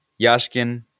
Yashkin